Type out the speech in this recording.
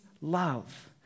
love